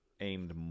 aimed